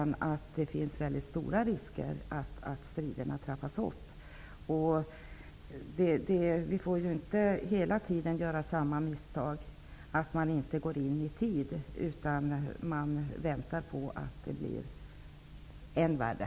I stället är det stor risk för att striderna trappas upp. Vi får inte göra det misstaget att vi inte ingriper i tid utan väntar på att det blir än värre.